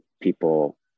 people